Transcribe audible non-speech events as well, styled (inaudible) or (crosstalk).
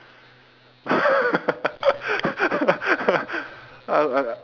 (laughs) I I I